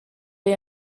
igl